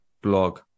Blog